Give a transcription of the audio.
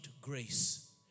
grace